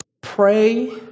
pray